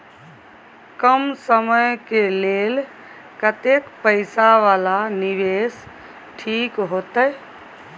कम समय के लेल कतेक पैसा वाला निवेश ठीक होते?